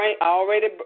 already